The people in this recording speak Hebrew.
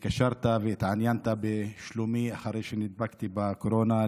על שהתקשרת והתעניינת בשלומי אחרי שנדבקתי בקורונה.